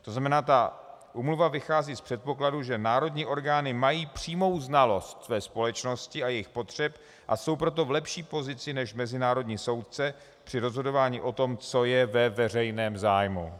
To znamená, že úmluva vychází z předpokladu, že národní orgány mají přímou znalost své společnosti a jejích potřeb, a jsou proto v lepší pozici než mezinárodní soudce při rozhodování o tom, co je ve veřejném zájmu.